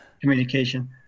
communication